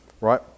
right